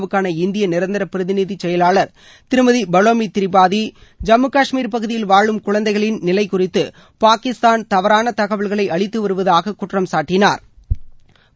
வுக்கான இந்திய நிரந்தர பிரதிநிதி செயலாளா் திருமதி பலோமி திரிபாதி ஜம்மு னஷ்மீர் பகுதியில் வாழும் குழந்தைகளின் நிலைகுறித்து பாகிஸ்தான் தவறான தகவல்கள் அளித்துவருவதாக குற்றம் சாட்டினாா்